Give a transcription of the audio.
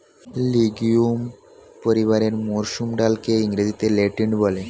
legume পরিবারের মুসুর ডালকে ইংরেজিতে লেন্টিল বলে